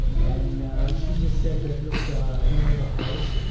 and she just said that, look, i don't have a house,